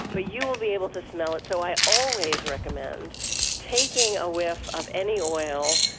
but you will be able to smell it. so i always recommend taking a whiff of any oil,